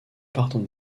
partent